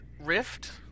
Rift